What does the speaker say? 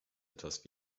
etwas